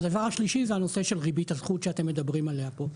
הדבר השלישי זה הנושא של ריבית הזכות שאתם מדברים עליה פה.